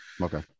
Okay